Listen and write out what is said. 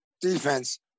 defense